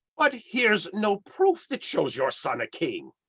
but here's no proof that shows your son a king.